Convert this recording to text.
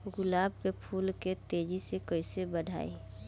गुलाब के फूल के तेजी से कइसे बढ़ाई?